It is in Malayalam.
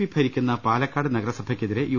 പി ഭരിക്കുന്ന പാലക്കാട് നഗരസഭക്കെതിരെ യു